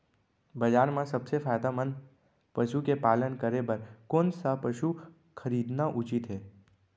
बजार म सबसे फायदामंद पसु के पालन करे बर कोन स पसु खरीदना उचित हे?